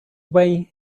way